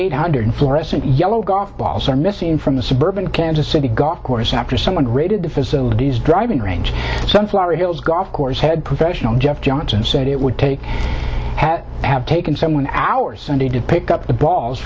eight hundred fluorescent yellow golf balls are missing from the suburban kansas city golf course after someone raided the facilities driving range sunflower hills golf course had professional jeff johnson said it would take hat have taken some one hour sunday to pick up the balls